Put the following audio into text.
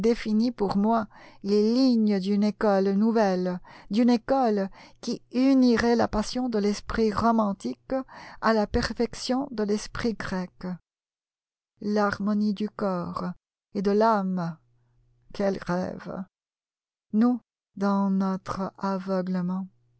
pour moi les lignes d'une école nouvelle d'une école qui unirait la passion de l'esprit romantique à la perfection de l'esprit grec l'harmonie du corps et de l'âme quel rêve nous dans notre aveuglement